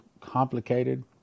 complicated